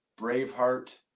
Braveheart